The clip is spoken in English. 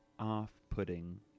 off-putting